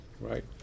right